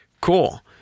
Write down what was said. cool